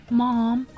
mom